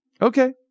Okay